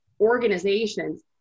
organizations